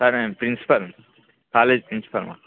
sir నేను ప్రిన్సిపల్ని college ప్రిన్సిపల్ని